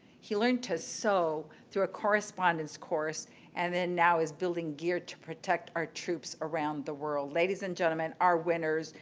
he learned to sew through a correspondence course and then now is building gear to protect our troops around the world. ladies and gentlemen, our winners,